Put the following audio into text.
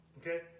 Okay